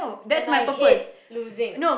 and I hate losing